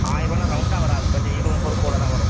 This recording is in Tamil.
ஆயிரரூவானா ரௌண்டாக வராது கொஞ்சம் இருபது முப்பது கூட தான் வரும்